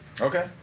Okay